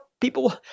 people